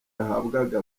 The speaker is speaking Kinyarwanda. yahabwaga